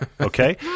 Okay